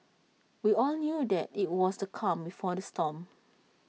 we all knew that IT was the calm before the storm